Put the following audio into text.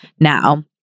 now